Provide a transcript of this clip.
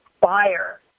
buyer